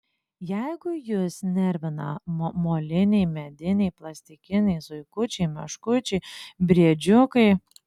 jeigu jus nervina moliniai mediniai plastikiniai zuikučiai meškučiai briedžiukai